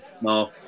no